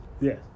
Yes